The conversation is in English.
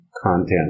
content